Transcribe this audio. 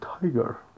tiger